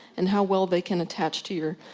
and how well they can attach to your,